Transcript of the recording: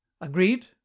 Agreed